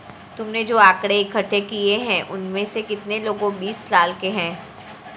तुमने जो आकड़ें इकट्ठे किए हैं, उनमें से कितने लोग बीस साल के हैं?